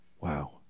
Wow